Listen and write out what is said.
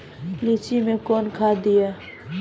लीची मैं कौन खाद दिए?